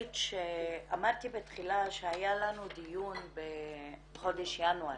אמרתי בתחילה שהיה לנו דיון בחודש ינואר